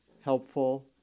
helpful